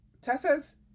Tessa's